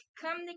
come